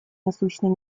насущной